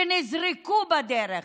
שנזרקו בדרך.